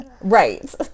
Right